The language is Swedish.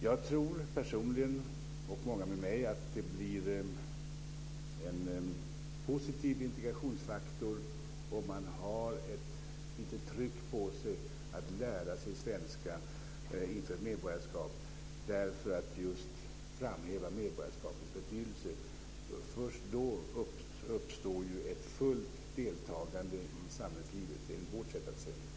Jag tror personligen, och många med mig, att det blir en positiv integrationsfaktor om man har ett litet tryck på sig att lära sig svenska inför ett medborgarskap och att det just framhäver medborgarskapets betydelse. Först då uppstår ju ett fullt deltagande i samhällslivet, enligt vårt sätt att se det.